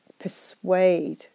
persuade